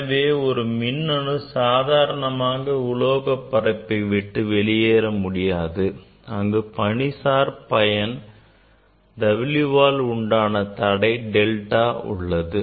எனவே ஒரு மின்னணு சாதாரணமாக உலோக பரப்பை விட்டு வெளியேற முடியாது அங்கு பணிசார் பயன் Wஆல் உண்டான தடை delta உள்ளது